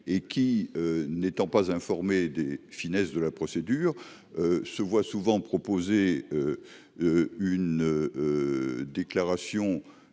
et qui n'est pas informée des finesses de la procédure se voit souvent proposer de faire une déclaration